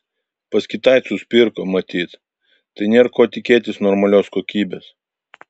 pas kitaicus pirko matyt tai nėr ko tikėtis normalios kokybės